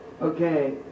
Okay